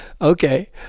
okay